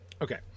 Okay